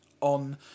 on